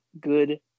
good